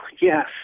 yes